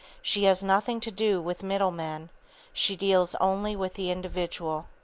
she has nothing to do with middle-men she deals only with the individual.